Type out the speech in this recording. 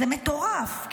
זה מטורף.